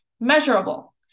Measurable